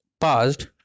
passed